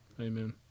Amen